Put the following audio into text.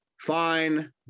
fine